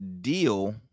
deal